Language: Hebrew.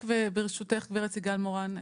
רק ברשותך גב' סיגל מורן,